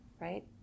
right